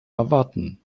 erwarten